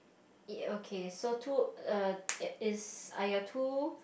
okay so two err is are your two